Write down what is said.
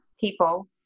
people